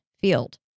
field